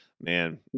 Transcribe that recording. man